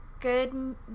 good